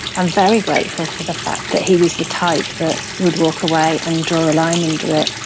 i'm very grateful for the fact that he was the type that would walk away and draw a line under it.